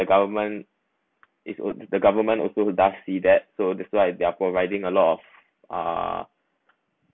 the government is the government also thus see that so that's why they are providing a lot of uh